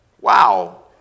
Wow